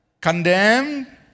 condemned